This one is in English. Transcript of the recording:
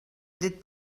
did